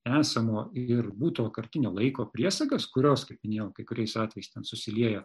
esamo ir būtojo kartinio laiko priesagas kurios kaip minėjau kai kuriais atvejais ten susilieja